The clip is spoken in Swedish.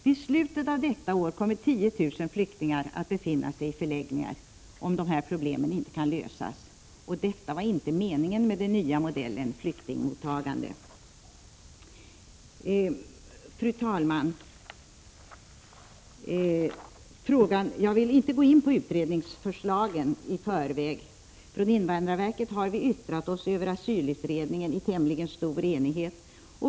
Vid slutet av detta år kommer 10 000 flyktingar att befinna sig i förläggningar, om dessa problem inte kan lösas, och detta var inte meningen med den nya modellen för flyktingmottagande. Fru talman! Jag vill inte gå utredningsförslagen i förväg — från invandrarverket har vi yttrat oss över asylutredningen i tämligen stor enighet.